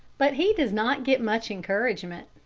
but he does not get much encouragement.